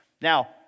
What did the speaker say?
now